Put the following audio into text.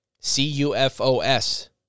C-U-F-O-S